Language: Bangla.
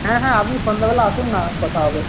হ্যাঁ হ্যাঁ আপনি সন্ধ্যাবেলা আসুন না কথা হবে